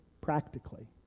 practically